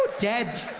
dead! oh.